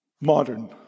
modern